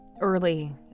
early